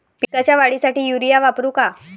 पिकाच्या वाढीसाठी युरिया वापरू का?